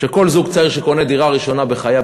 שכל זוג צעיר שקונה דירה ראשונה בחייו